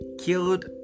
killed